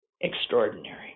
Extraordinary